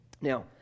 Now